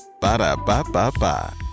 Ba-da-ba-ba-ba